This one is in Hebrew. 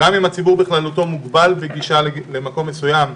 גם אם הציבור בכללותו מוגבל בגישתו למקום מסוים,